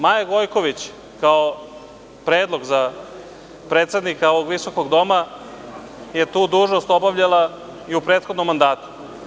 Maja Gojković kao predlog za predsednika ovog visokog doma je tu dužnost obavljala i u prethodnom mandatu.